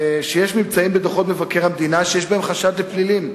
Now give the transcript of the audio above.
שיש ממצאים בדוחות מבקר המדינה שיש בהם חשד לפלילים.